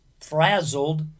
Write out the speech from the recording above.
frazzled